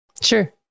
Sure